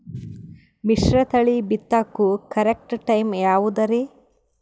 ಮಿಶ್ರತಳಿ ಬಿತ್ತಕು correct time ಯಾವುದರಿ?